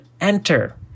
enter